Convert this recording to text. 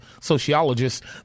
sociologists